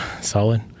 solid